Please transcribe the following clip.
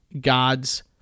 God's